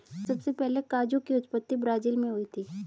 सबसे पहले काजू की उत्पत्ति ब्राज़ील मैं हुई थी